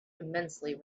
immensely